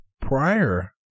prior